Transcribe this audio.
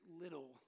little